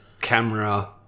camera